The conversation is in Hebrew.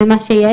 במה שיש.